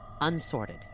unsorted